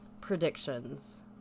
predictions